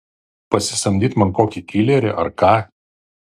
pasisamdyt man kokį kilerį ar ką